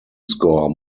score